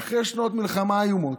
אחרי בשנות המלחמה האיומות.